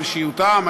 על אישיותם,